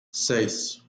seis